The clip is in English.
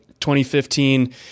2015